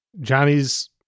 johnny's